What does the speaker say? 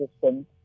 system